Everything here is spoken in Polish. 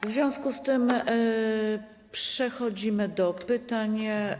W związku z tym przechodzimy do pytań.